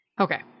Okay